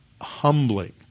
humbling